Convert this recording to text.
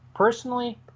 Personally